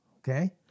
okay